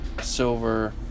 silver